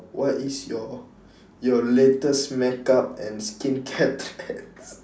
what is your your latest makeup and skincare trends